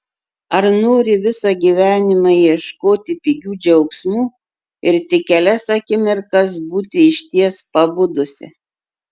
ar nori visą gyvenimą ieškoti pigių džiaugsmų ir tik kelias akimirkas būti išties pabudusi